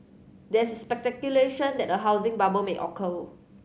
there is speculation that a housing bubble may occur